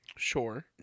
sure